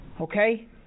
Okay